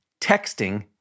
texting